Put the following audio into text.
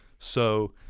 so